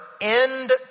end